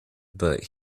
but